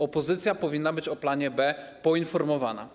Opozycja powinna być o planie B poinformowana.